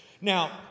now